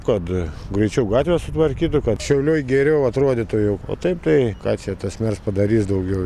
kad greičiau gatves sutvarkytų kad šiauliai geriau atrodytų jau taip tai ką čia tas mers padarys daugiau